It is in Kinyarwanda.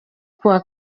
kuwa